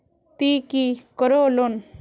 ती की करोहो लोन?